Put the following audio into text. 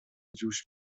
جوش